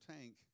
tank